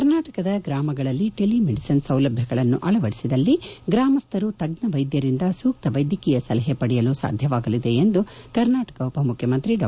ಕರ್ನಾಟಕದ ಗ್ರಾಮಗಳಲ್ಲಿ telemedicine ಸೌಲಭ್ಯಗಳನ್ನು ಅಳವಡಿಸಿದಲ್ಲಿ ಗ್ರಾಮಸ್ವರು ತಜ್ಜ ವೈದ್ದರಿಂದ ಸೂಕ್ತ ವೈದ್ಯಕೀಯ ಸಲಹೆ ಪಡೆಯಲು ಸಾಧ್ಯವಾಗಲಿದೆ ಎಂದು ಕರ್ನಾಟಕ ಉಪಮುಖ್ಯಮಂತ್ರಿ ಡಾ